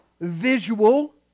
visual